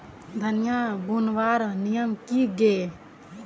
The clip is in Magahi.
धनिया बूनवार नियम की गे?